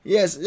Yes